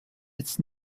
its